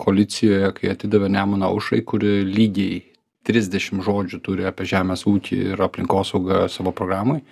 koalicijoje kai atidavė nemuno aušrai kuri lygiai trisdešim žodžių turi apie žemės ūkį ir aplinkosaugą savo programoj